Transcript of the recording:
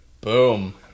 Boom